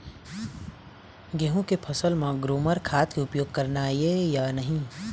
गेहूं के फसल म ग्रोमर खाद के उपयोग करना ये या नहीं?